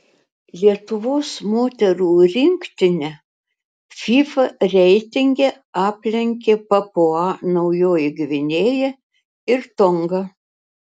lietuvos moterų rinktinę fifa reitinge aplenkė papua naujoji gvinėja ir tonga